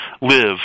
live